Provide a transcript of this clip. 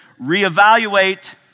Reevaluate